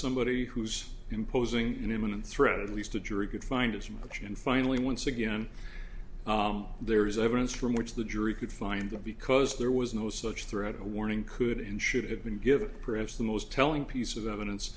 somebody who's imposing an imminent threat at least a jury could find its image and finally once again there is evidence from which the jury could find that because there was no such threat a warning couldn't should have been given perhaps the most telling piece of evidence